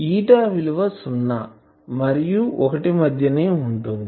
eta విలువ సున్నా మరియు ఒకటి మధ్యనే ఉంటుంది